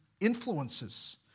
influences